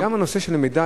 גם הנושא של מידע,